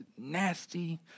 nasty